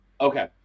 okay